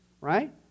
Right